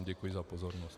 Děkuji za pozornost.